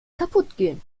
kaputtgehen